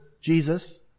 Jesus